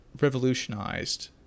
revolutionized